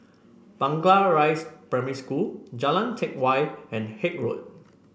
Blangah Rise Primary School Jalan Teck Whye and Haig Road